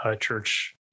church